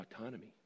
autonomy